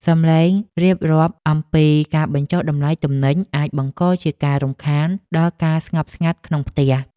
សំឡេងរៀបរាប់អំពីការបញ្ចុះតម្លៃទំនិញអាចបង្កជាការរំខានដល់ការស្ងប់ស្ងាត់ក្នុងផ្ទះ។